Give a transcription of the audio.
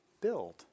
build